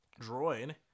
droid